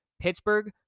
Pittsburgh